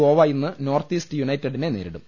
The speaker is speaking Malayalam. ഗോവ ഇന്ന് നോർത്ത് ഈസ്റ്റ് യുണൈ റ്റഡിനെ നേരിടും